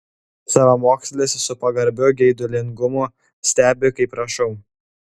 savamokslis su pagarbiu geidulingumu stebi kaip rašau